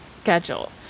schedule